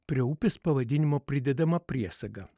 prie upės pavadinimo pridedama priesaga